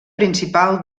principal